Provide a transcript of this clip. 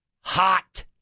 hot